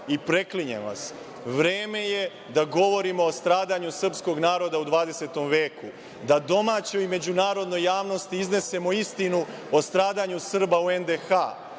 i preklinjem vas, vreme je da govorimo o stradanju srpskog naroda u 20. veku, da domaćoj i međunarodnoj javnosti iznesemo istinu o stradanju Srba u NDH.